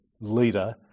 leader